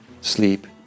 sleep